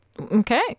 okay